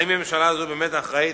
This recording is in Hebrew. האם הממשלה הזאת באמת אחראית